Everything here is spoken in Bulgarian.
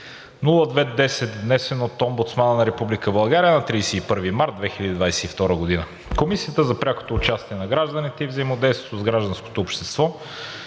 внесен от Омбудсмана на Република България на 31 март 2022 г. Комисията за прякото участие на гражданите и взаимодействието с гражданското общество